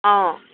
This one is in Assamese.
অঁ